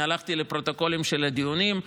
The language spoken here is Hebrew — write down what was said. אני הלכתי לפרוטוקולים של הדיונים.